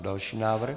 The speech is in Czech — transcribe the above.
Další návrh.